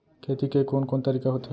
खेती के कोन कोन तरीका होथे?